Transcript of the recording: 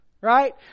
right